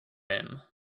him